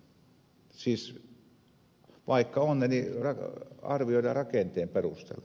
siis vaikka on niin arvioidaan rakenteen perusteella